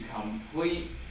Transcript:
complete